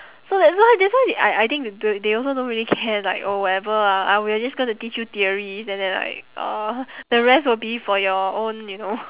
so that's why that's why I I think th~ they also don't really care like oh whatever ah uh we're just going to teach you theories and then like uh the rest will be for your own you know